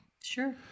Sure